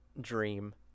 dream